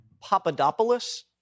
Papadopoulos